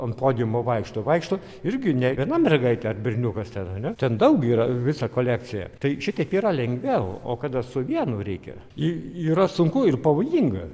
ant podiumo vaikšto vaikšto irgi ne viena mergaitė ar berniukas ar ne ten daug yra visa kolekcija tai šitaip yra lengviau o kada su vienu reikia į yra sunku ir pavojinga